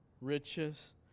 riches